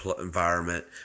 environment